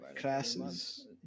classes